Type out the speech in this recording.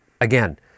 Again